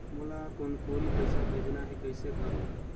मोला कुनकुरी पइसा भेजना हैं, कइसे करो?